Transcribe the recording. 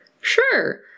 sure